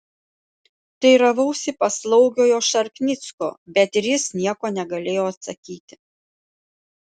teiravausi paslaugiojo šarknicko bet ir jis nieko negalėjo atsakyti